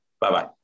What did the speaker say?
Bye-bye